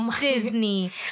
disney